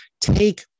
take